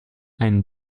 einen